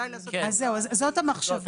זאת המחשבה.